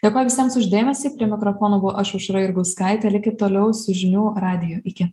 dėkoju visiems už dėmesį prie mikrofono buvau aš aušra jurgauskaitė likit toliau žinių radiju iki